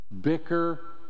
bicker